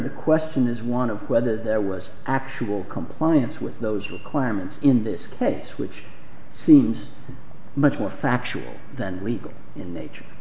the question is one of whether there was actual compliance with those requirements in this case which seems much more factual than legal in the nature